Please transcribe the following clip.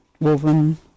Woven